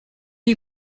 you